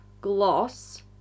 Gloss